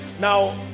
now